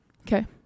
okay